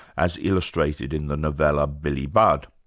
as illustrated in the novella billy budd.